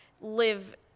live